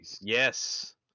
yes